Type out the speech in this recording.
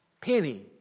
penny